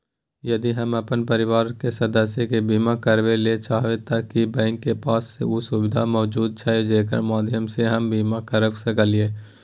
यदि हम अपन परिवार के सदस्य के बीमा करबे ले चाहबे त की बैंक के पास उ सुविधा मौजूद छै जेकर माध्यम सं हम बीमा करबा सकलियै?